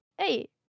hey